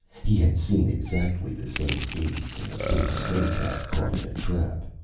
he had seen exactly the same gaze in a big snow-cat caught in a trap,